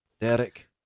Derek